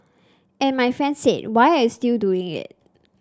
and my friend said why are you still doing it